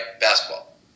Basketball